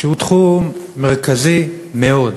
שהוא תחום מרכזי מאוד,